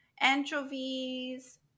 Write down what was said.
anchovies